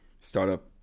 startup